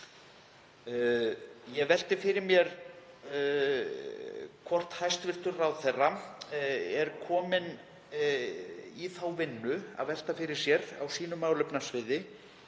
Ég velti fyrir mér hvort hæstv. ráðherra er kominn í þá vinnu að velta því fyrir sér á sínu málefnasviði